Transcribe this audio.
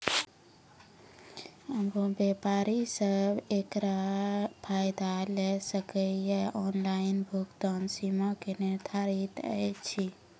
व्यापारी सब एकरऽ फायदा ले सकै ये? ऑनलाइन भुगतानक सीमा की निर्धारित ऐछि?